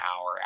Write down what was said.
hour